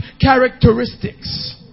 characteristics